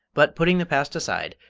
but, putting the past aside,